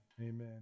Amen